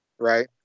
right